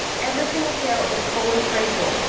every single tail is fully traceable,